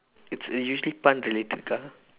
it's usually pun related ka